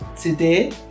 today